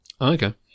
Okay